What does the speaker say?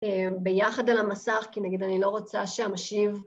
ביחד על המסך, כי נגיד אני לא רוצה שהמשיב